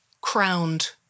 crowned